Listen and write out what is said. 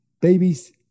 Babies